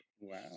Wow